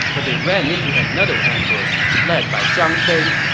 but they ran into another ambush, led by zhang fei.